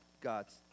God's